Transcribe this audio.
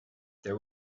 there